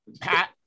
pat